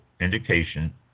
indication